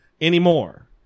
anymore